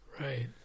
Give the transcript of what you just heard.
right